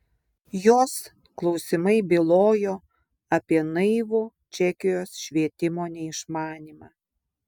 jos klausimai bylojo apie naivų čekijos švietimo neišmanymą